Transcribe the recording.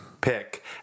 pick